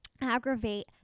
aggravate